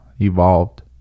evolved